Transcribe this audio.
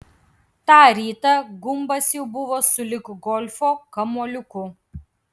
tą rytą gumbas jau buvo sulig golfo kamuoliuku